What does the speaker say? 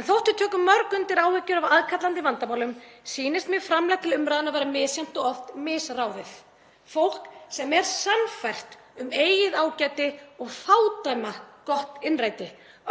En þótt við tökum mörg undir áhyggjur af aðkallandi vandamálum sýnist mér framlag til umræðunnar vera misjafnt og oft misráðið. Fólk sem er sannfært um eigið ágæti og fádæma gott innræti